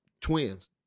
twins